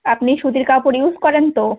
আপনি সুতির কাপড় ইউস করেন তো